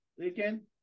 again